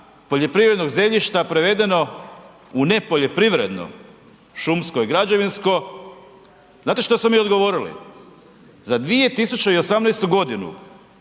poljoprivrednog zemljišta prevedeno u nepoljoprivredno, šumsko i građevinsko. Znate što su mi odgovorili? Za 2018. 2800